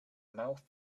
mouth